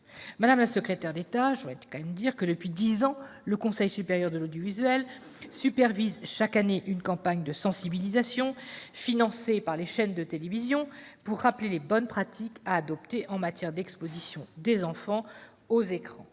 nouvelle campagne nationale de prévention. Depuis dix ans, le Conseil supérieur de l'audiovisuel supervise chaque année une campagne de sensibilisation financée par les chaînes de télévision pour rappeler les bonnes pratiques à adopter en matière d'exposition des enfants aux écrans.